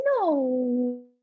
no